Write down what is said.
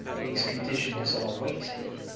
these conditions are weighty,